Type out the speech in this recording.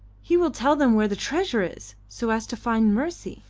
he will tell them where the treasure is, so as to find mercy.